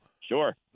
Sure